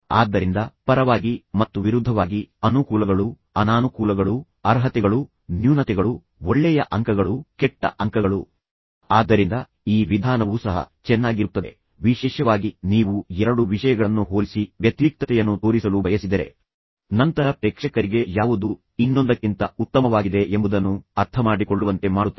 ಆದ್ದರಿಂದ ಪರವಾಗಿ ಮತ್ತು ವಿರುದ್ಧವಾಗಿ ಅನುಕೂಲಗಳು ಅನಾನುಕೂಲಗಳು ಅರ್ಹತೆಗಳು ನ್ಯೂನತೆಗಳು ಒಳ್ಳೆಯ ಅಂಕಗಳು ಕೆಟ್ಟ ಅಂಕಗಳು ಆದ್ದರಿಂದ ಈ ವಿಧಾನವು ಸಹ ಚೆನ್ನಾಗಿರುತ್ತದೆ ವಿಶೇಷವಾಗಿ ನೀವು ಎರಡು ವಿಷಯಗಳನ್ನು ಹೋಲಿಸಿ ವ್ಯತಿರಿಕ್ತತೆಯನ್ನು ತೋರಿಸಲು ಬಯಸಿದರೆ ನಂತರ ಪ್ರೇಕ್ಷಕರಿಗೆ ಯಾವುದು ಇನ್ನೊಂದಕ್ಕಿಂತ ಉತ್ತಮವಾಗಿದೆ ಎಂಬುದನ್ನು ಅರ್ಥಮಾಡಿಕೊಳ್ಳುವಂತೆ ಮಾಡುತ್ತದೆ